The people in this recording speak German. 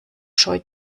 scheu